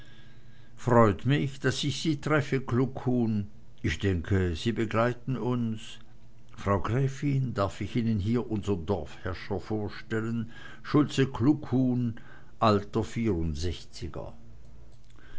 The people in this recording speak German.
freut mich daß ich sie treffe kluckhuhn ich denke sie begleiten uns frau gräfin darf ich ihnen hier unsern dorfherrscher vorstellen schulze kluckhuhn alter vierundsechziger